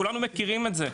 כולנו מכירים את זה,